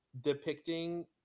depicting